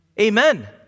Amen